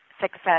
success